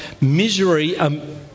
misery